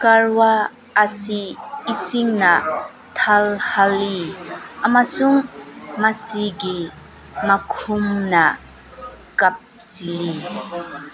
ꯀꯥꯔꯋꯥ ꯑꯁꯤ ꯏꯁꯤꯡꯅ ꯊꯜꯍꯜꯂꯤ ꯑꯃꯁꯨꯡ ꯃꯁꯤꯒꯤ ꯃꯈꯨꯝꯅ ꯀꯞ